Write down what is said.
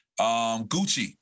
Gucci